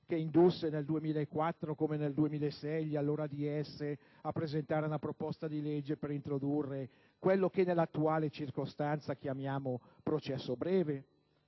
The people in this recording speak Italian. che indusse, nel 2004 come nel 2006, gli allora DS a presentare una proposta di legge per introdurre quello che, nell'attuale circostanza, chiamiamo processo breve?